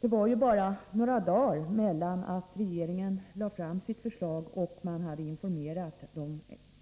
Från det att regeringen hade informerat de närmast berörda till det att den lade fram sitt förslag gick det bara några dagar.